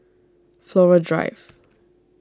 Flora Drive